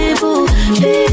people